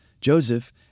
Joseph